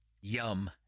yum